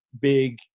big